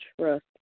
trust